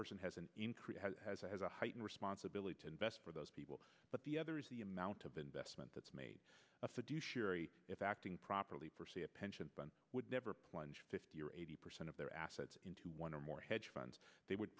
person has an increase has a heightened responsibility to invest for those people but the other is the amount of investment that's made a fiduciary if acting properly for c a pension fund would never plunge fifty or eighty percent of their assets to one or more hedge funds they would